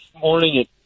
morning